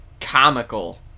comical